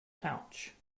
pouch